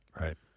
Right